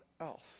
else